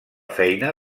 feina